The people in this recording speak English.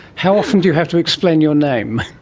how often do you have to explain your name?